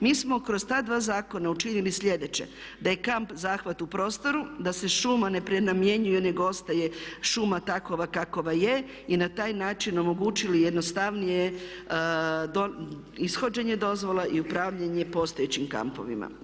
Mi smo kroz ta dva zakona učinili sljedeće, da je kamp zahvat u prostoru, da se šuma ne prenamjenjuje nego ostaje šuma takva kakva je i na taj način omogućili jednostavnije ishođenje dozvola i upravljanje postojećim kampovima.